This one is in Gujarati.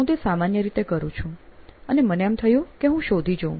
હું તે સામાન્ય રીતે કરું છું અને મને એમ થયું કે હું શોધી જોઉં